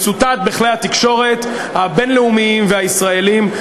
מצוטט בכלי התקשורת הבין-לאומיים והישראליים.